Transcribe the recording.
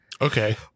okay